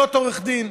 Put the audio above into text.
להיות עורך דין,